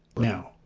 now,